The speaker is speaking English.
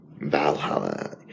Valhalla